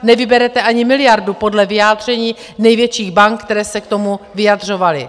Nevyberete ani miliardu podle vyjádření největších bank, které se k tomu vyjadřovaly.